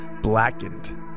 Blackened